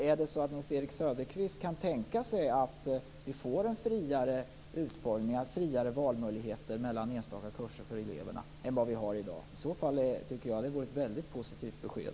Är det så att Nils-Erik Söderqvist kan tänka sig att vi får en friare utformning och friare valmöjligheter mellan enstaka kurser för eleverna än vad vi har i dag är det i så fall ett väldigt positivt besked.